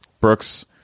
Brooks